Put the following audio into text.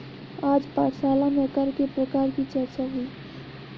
आज पाठशाला में कर के प्रकार की चर्चा हुई